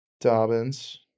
Dobbins